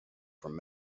from